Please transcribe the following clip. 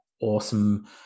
awesome